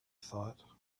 thought